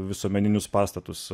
visuomeninius pastatus